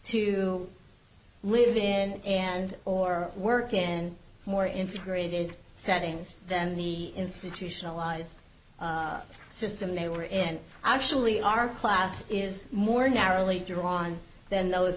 to live in and or work in more integrated settings than the institutionalized system they were in actually our class is more narrowly drawn than those